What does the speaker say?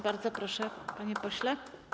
Bardzo proszę, panie pośle.